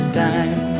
time